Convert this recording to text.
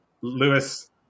Lewis